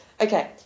Okay